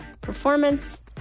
performance